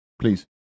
please